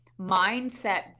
mindset